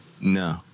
No